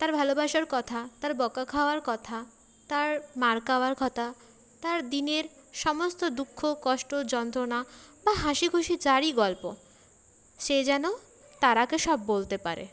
তার ভালোবাসার কথা তার বকা খাওয়ার কথা তার মার খাওয়ার কথা তার দিনের সমস্ত দুঃখ কষ্ট যন্ত্রণা বা হাসিখুশি যারই গল্প সে যেন তারাকে সব বলতে পারে